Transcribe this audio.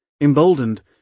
emboldened